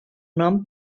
nom